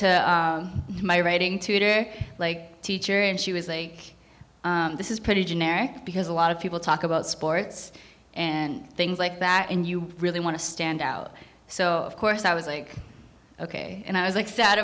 to my writing tutor like teacher and she was like this is pretty generic because a lot of people talk about sports and things like that and you really want to stand out so of course i was like ok and i was like sad